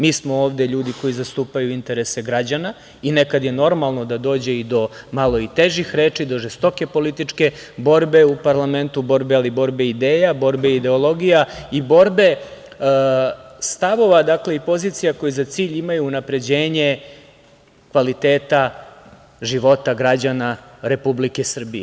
Mi smo ovde ljudi koji zastupaju interese građana i nekad je normalno da dođe i do malo težih reči, do žestoke političke borbe u parlamentu, ali borbe ideja, borbe ideologija i borbe stavova i pozicija koje za cilj imaju unapređenje kvaliteta života građana Republike Srbije.